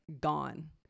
gone